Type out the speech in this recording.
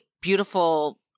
beautiful